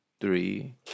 three